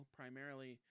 primarily